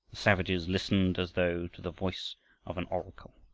savages listened as though to the voice of an oracle.